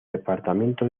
departamento